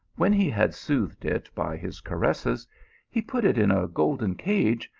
when he had soothed it by his caresses he put it in a golden cage,